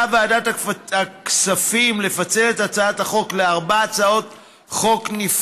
ועדת הכספים מציעה לפצל את הצעת החוק לארבע הצעות נפרדות,